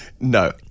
No